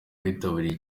bitabiriye